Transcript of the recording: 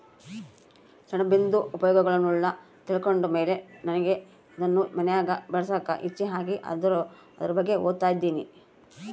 ಸೆಣಬಿಂದು ಉಪಯೋಗಗುಳ್ನ ತಿಳ್ಕಂಡ್ ಮೇಲೆ ನನಿಗೆ ಅದುನ್ ಮನ್ಯಾಗ್ ಬೆಳ್ಸಾಕ ಇಚ್ಚೆ ಆಗಿ ಅದುರ್ ಬಗ್ಗೆ ಓದ್ತದಿನಿ